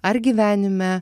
ar gyvenime